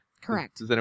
Correct